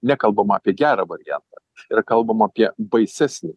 nekalbama apie gerą variantą yra kalbama apie baisesnį